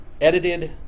edited